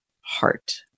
heart